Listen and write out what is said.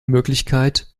möglichkeit